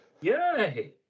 Yay